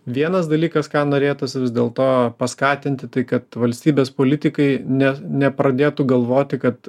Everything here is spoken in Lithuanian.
vienas dalykas ką norėtųsi vis dėlto paskatinti tai kad valstybės politikai net nepradėtų galvoti kad